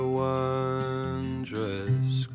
wondrous